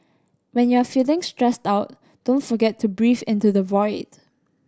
when you are feeling stressed out don't forget to breathe into the void